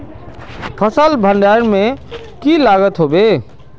फसल भण्डारण में की लगत होबे?